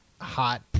hot